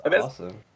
awesome